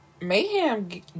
mayhem